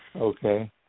Okay